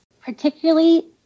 Particularly